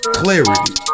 clarity